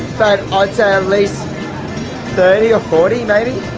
but i'd say at least thirty or forty maybe?